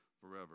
forever